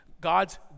God's